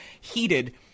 heated